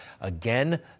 Again